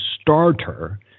starter